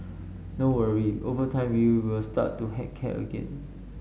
don't worry over time you will start to heck care again